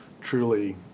truly